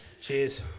Cheers